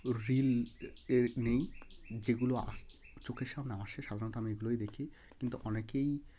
reel এর নেই যেগুলো আস চোখের সামনে আসে সাধারণত আমি ওইগুলোই দেখি কিন্তু অনেকেই